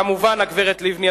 כמובן הגברת לבני.